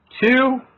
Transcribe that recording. two